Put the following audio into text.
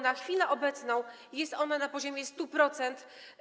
Na chwilę obecną jest ona na poziomie 100%.